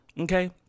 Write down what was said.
okay